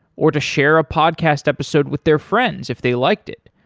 or to share a podcast episode with their friends if they liked it?